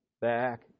back